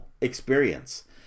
experience